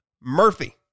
Murphy